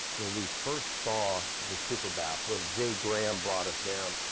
when we first saw the super bath, when jay graham brought us down,